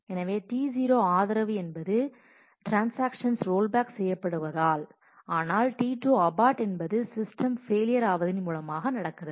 எனவே T0 ஆதரவு என்பது ட்ரான்ஸாக்ஷன்ஸ் ரோல் பேக் செய்யப்படுவதால் ஆனால் T2abort என்பது சிஸ்டம் பெயிலியர் ஆவதின் மூலமாக நடக்கிறது